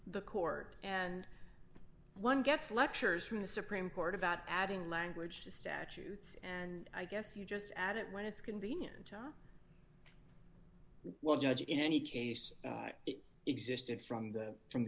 the court and one gets lectures from the supreme court about adding language to statutes and i guess you just add it when it's convenient well judge in any case it existed from the from the